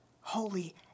holy